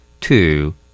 Two